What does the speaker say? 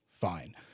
fine